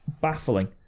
Baffling